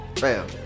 bam